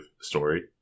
story